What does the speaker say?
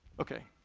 okay,